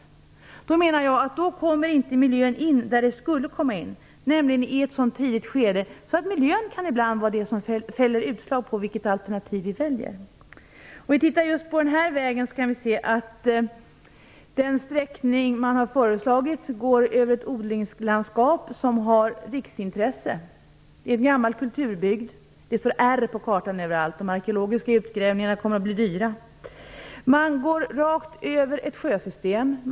Jag menar att miljöaspekterna då inte kommer in där de skall komma in, nämligen i ett så tidigt skede att miljön ibland skulle kunna fälla utslaget för vilket alternativ vi skall välja. Den föreslagna vägsträckningen för den väg vi nu diskuterar går över ett odlingslandskap som har riksintresse. Det är en gammal kulturbygd. På kartan är det markerat med "R" överallt. De arkeologiska utgrävningarna kommer att bli dyra. Vägsträckningen går också rakt över ett sjösystem.